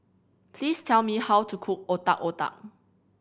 please tell me how to cook Otak Otak